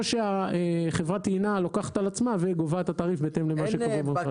או שחברת הטעינה לוקחת על עצמה וגובה את התעריף בהתאם למה שקבוע במכרז.